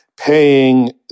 paying